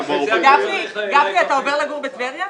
גפני, אתה עובר לגור בטבריה?